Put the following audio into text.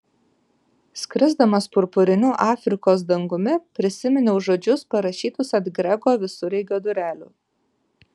skrisdamas purpuriniu afrikos dangumi prisiminiau žodžius parašytus ant grego visureigio durelių